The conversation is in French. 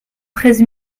treize